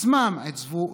עצמן עיצבו וטיפחו,